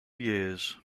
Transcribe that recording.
years